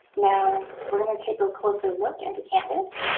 now, we're going to take a closer look into canvas,